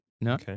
No